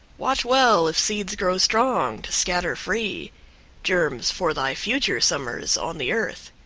watch well if seeds grow strong, to scatter free germs for thy future summers on the earth.